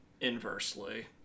Inversely